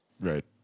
Right